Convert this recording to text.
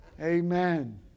Amen